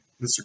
Mr